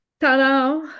Ta-da